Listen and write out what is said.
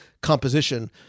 composition